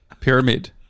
pyramid